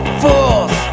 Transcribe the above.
fools